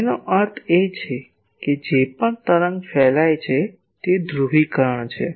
તેનો અર્થ એ કે તે જે પણ તરંગ ફેલાય છે તે ધ્રુવીકરણ છે